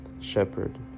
Shepherd